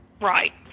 Right